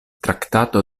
traktato